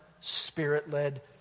Spirit-led